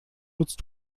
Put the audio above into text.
nutzt